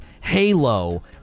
Halo